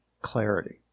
clarity